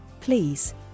please